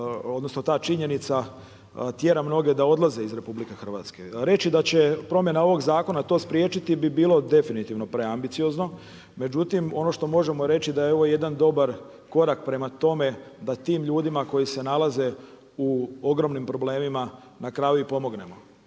odnosno ta činjenica tjera mnoge da odlaze iz RH. Reći da će promjena ovog zakona to spriječiti bi bilo definitivno preambiciozno, međutim ono što možemo reći da je ovo jedan dobar korak prema tome da tim ljudima koji se nalaze u ogromnim problemima na kraju i pomognemo.